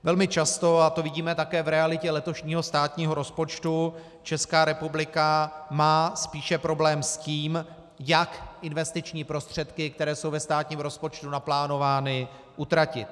Velmi často, a to vidíme také v realitě letošního státního rozpočtu, Česká republika má spíše problém s tím, jak investiční prostředky, které jsou ve státním rozpočtu naplánovány, utratit.